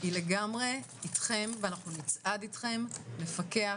היא לגמרי אתכם ואנחנו נצעד אתכם לפקח,